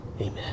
Amen